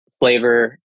flavor